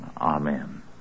amen